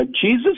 Jesus